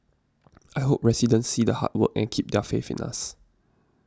I hope residents see the hard work and keep their faith in us